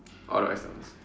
or do I start first